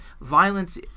Violence